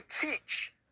teach